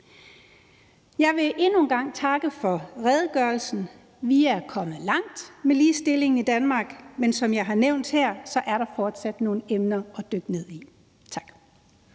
Jeg vil endnu en gang takke for redegørelsen. Vi er kommet langt med ligestillingen i Danmark, men som jeg også har nævnt her, er der fortsat nogle emner at dykke ned i. Tak.